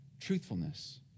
truthfulness